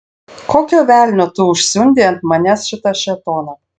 kokio velnio tu užsiundei ant manęs šitą šėtoną